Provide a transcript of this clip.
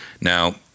Now